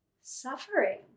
suffering